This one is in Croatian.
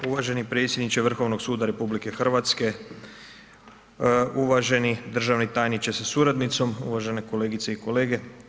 Uvaženi predsjedniče Vrhovnog suda RH, uvaženi državni tajniče sa suradnicom, uvažene kolegice i kolege.